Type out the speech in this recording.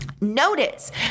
Notice